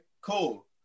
cool